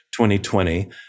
2020